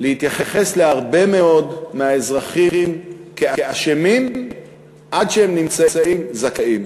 להתייחס להרבה מאוד מהאזרחים כאשמים עד שהם נמצאים זכאים.